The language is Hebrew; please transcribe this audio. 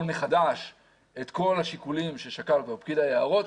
מחדש את כל השיקולים ששקל פקיד היערות.